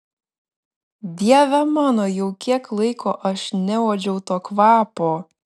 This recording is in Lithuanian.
dieve mano jau kiek laiko aš neuodžiau to kvapo